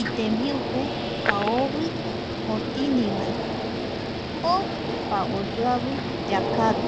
itembiupe kaovi otinivae. ópa oyoavi yakaru.